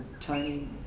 Tony